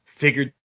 figured